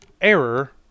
error